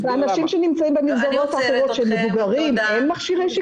לאנשים שנמצאים במסגרות אחרות של מבוגרים אין מכשירי שיקום וניידות?